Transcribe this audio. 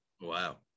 Wow